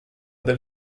del